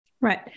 Right